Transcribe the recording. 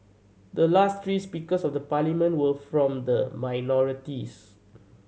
the last three Speakers of the Parliament were from the minorities